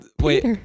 wait